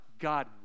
God